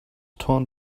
torn